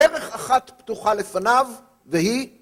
ערך אחת פתוחה לפניו והיא